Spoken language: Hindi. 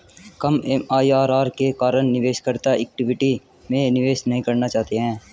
कम एम.आई.आर.आर के कारण निवेशकर्ता इक्विटी में निवेश नहीं करना चाहते हैं